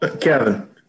Kevin